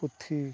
ᱯᱩᱛᱷᱤ